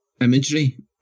imagery